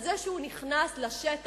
על זה שהוא נכנס לשטח,